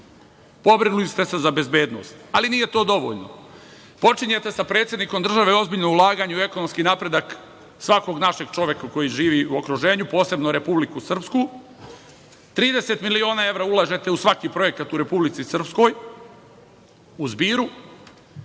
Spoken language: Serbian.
domu. Pobrinuli ste se za bezbednost, ali nije to dovoljno. Počinjete sa predsednikom države ozbiljna ulaganja u ekonomski napredak svakog našeg čoveka koji živi u okruženju, posebno Republiku Srpsku. Ulažete 30 miliona evra u svaki projekat u Republici Srpskoj, u zbiru.